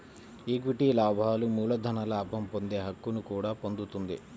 equity లాభాలు మూలధన లాభం పొందే హక్కును కూడా పొందుతుంది